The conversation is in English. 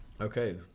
Okay